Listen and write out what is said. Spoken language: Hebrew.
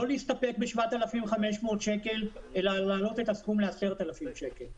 לא להסתפק ב-7,500 שקלים אלא להעלות את הסכום ל-10,000 שקלים.